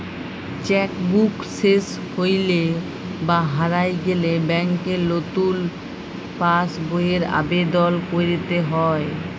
cheque book শেস হৈলে বা হারায় গেলে ব্যাংকে লতুন পাস বইয়ের আবেদল কইরতে হ্যয়